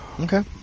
Okay